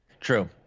True